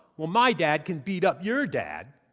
well my dad can beat up your dad,